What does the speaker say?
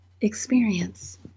experience